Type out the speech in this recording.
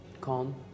Calm